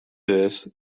this